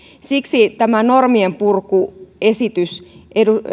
siksi tämä normienpurkuesitys